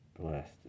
blessed